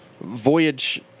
Voyage